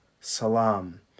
Salam